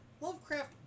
Lovecraft